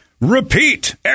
repeat